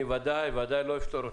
אני בוודאי לא אפטור אותה.